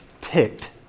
Ticked